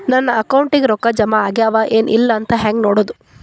ನಮ್ಮ ಅಕೌಂಟಿಗೆ ರೊಕ್ಕ ಜಮಾ ಆಗ್ಯಾವ ಏನ್ ಇಲ್ಲ ಅಂತ ಹೆಂಗ್ ನೋಡೋದು?